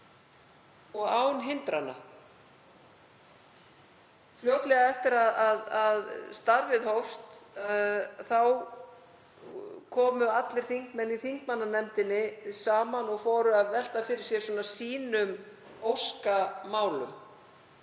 og án hindrana. Fljótlega eftir að starfið hófst komu allir þingmenn í þingmannanefndinni saman og fóru að velta fyrir sér sínum óskamálum